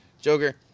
Joker